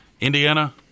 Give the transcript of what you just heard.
Indiana